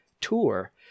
tour